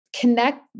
Connect